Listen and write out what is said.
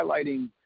highlighting